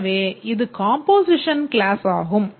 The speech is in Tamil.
எனவே இது காம்போசிஷன் க்ளாஸ் ஆகும்